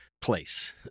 Place